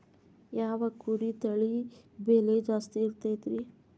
ಯಾವ ಕುರಿ ತಳಿ ಬೆಲೆ ಜಾಸ್ತಿ ಇರತೈತ್ರಿ?